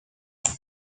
cinq